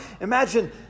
Imagine